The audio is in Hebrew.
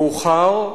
מאוחר,